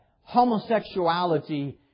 homosexuality